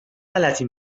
غلطی